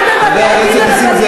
רק בבתי-הדין הרבניים,